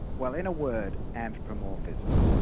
well in a word, anthropomorphism,